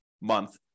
month